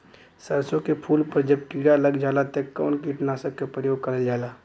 सरसो के फूल पर जब किड़ा लग जाला त कवन कीटनाशक क प्रयोग करल जाला?